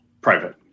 Private